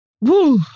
Woo